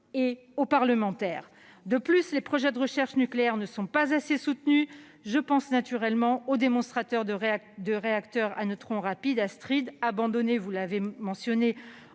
et aux parlementaires. Par ailleurs, les projets de recherche nucléaire ne sont pas assez soutenus. Je pense naturellement au démonstrateur de réacteur à neutrons rapides Astrid, projet abandonné